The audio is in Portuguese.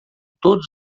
todos